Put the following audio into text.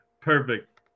Perfect